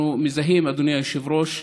אנחנו מזהים, אדוני היושב-ראש,